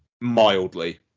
Mildly